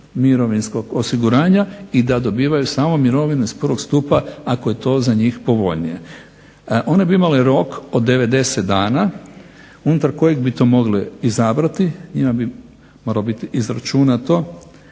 mirovinskog osiguranja i da dobivaju samo mirovine iz prvog stupa ako je to za njih povoljnije. One bi imale rok od 90 dana unutar kojeg bi to mogle izabrati. Njima bi moralo biti izračunato